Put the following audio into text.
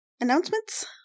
announcements